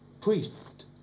priest